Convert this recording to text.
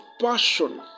passion